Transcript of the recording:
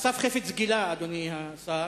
אסף חפץ גילה, אדוני השר,